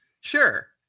Sure